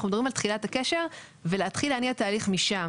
אנחנו מדברים על תחילת הקשר ולהתחיל להניע תהליך משם.